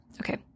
Okay